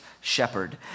shepherd